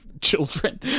children